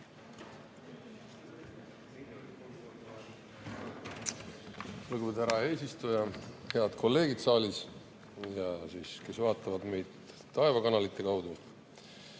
härra eesistuja! Head kolleegid saalis ja need, kes vaatavad meid taevakanalite kaudu!